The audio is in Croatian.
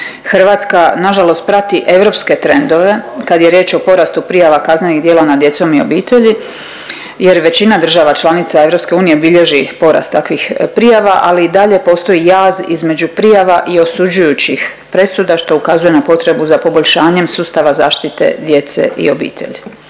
Hrvatska nažalost prati europske trendove kad je riječ o porastu prijava kaznenih djela nad djecom i obitelji jer većina država članica EU bilježi porast takvih prijava, ali i dalje postoji jaz između prijava i osuđujućih presuda, što ukazuje na potrebu za poboljšanjem sustava zaštite djece i obitelji.